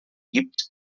gibt